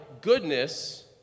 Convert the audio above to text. goodness